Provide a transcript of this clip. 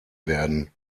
werden